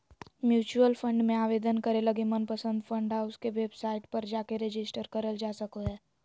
mutual fund मे आवेदन करे लगी मनपसंद फंड हाउस के वेबसाइट पर जाके रेजिस्टर करल जा सको हय